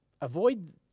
avoid